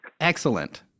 Excellent